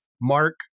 Mark